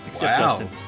Wow